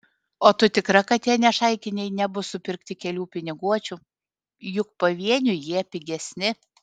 o tu tikra kad tie nešaikiniai nebus supirkti kelių piniguočių juk pavieniui jie pigesni